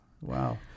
Wow